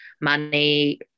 money